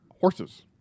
horses